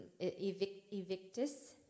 evictus